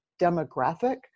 demographic